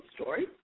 story